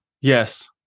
Yes